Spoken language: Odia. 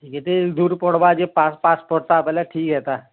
କେତେ ଦୂର୍ ପଡ଼୍ବା ଯେ ପାସ୍ ପାସ୍ ପଡ଼୍ତା ବେଲେ ଠିକ୍ ହେତା